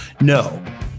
No